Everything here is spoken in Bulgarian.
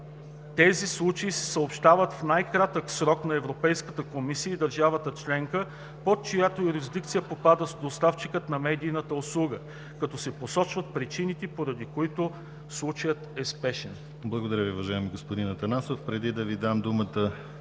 Тези случаи се съобщават в най-кратък срок на Европейската комисия и на държавата членка, под чиято юрисдикция попада доставчикът на медийната услуга, като се посочват причините, поради които случаят е спешен.”